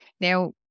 Now